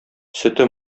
сөте